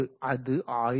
அது 1000×9